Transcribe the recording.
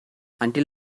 until